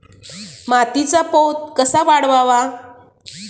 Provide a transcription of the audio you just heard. मातीचा पोत कसा वाढवावा?